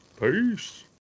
peace